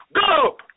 go